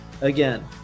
Again